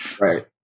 Right